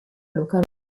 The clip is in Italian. luca